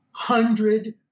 Hundred